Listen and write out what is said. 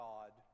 God